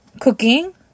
cooking